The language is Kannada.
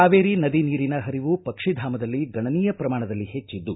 ಕಾವೇರಿ ನದಿ ನೀರಿನ ಹರಿವು ಪಕ್ಷಿಧಾಮದಲ್ಲಿ ಗಣನೀಯ ಪ್ರಮಾಣದಲ್ಲಿ ಹೆಚ್ಚಿದ್ದು